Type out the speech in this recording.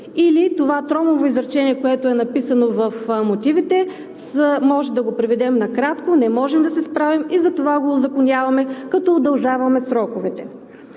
или това тромаво изречение, което е написано в мотивите, може да го преведем накратко – не можем да се справим и затова го узаконяваме, като удължаваме сроковете.